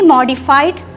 Modified